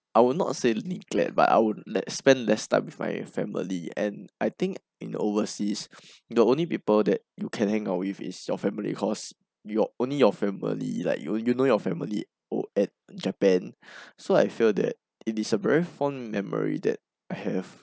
I would not say neglect but I would like spend less time with my family and I think in overseas the only people that you can hang out with is your family cause your only your family like you you know your family O at japan so I feel that it is a very fond memory that I have